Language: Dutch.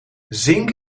zink